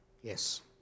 Yes